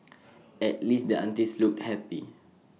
at least the aunties looked happy